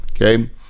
okay